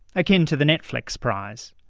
akin to the netflix prize.